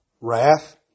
Wrath